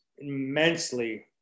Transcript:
immensely